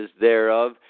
thereof